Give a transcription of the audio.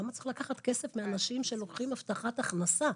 למה צריך לקחת כסף מאנשים שלוקחים הבטחת הכנסה?